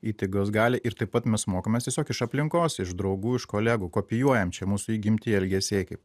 įtaigos galią ir taip pat mes mokomės tiesiog iš aplinkos iš draugų iš kolegų kopijuojam čia mūs įgimti elgesiai kaip